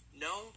No